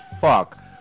fuck